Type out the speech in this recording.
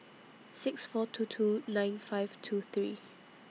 six four two two nine five two three